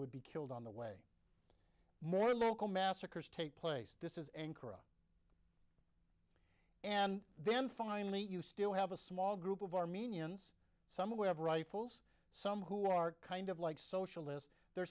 would be killed on the way more local massacres take place this is ankara and then finally you still have a small group of armenians some we have rifles some who are kind of like socialists they're